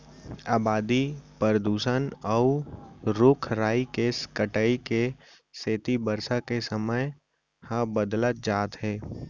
अबादी, परदूसन, अउ रूख राई के कटाई के सेती बरसा के समे ह बदलत जात हे